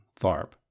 Tharp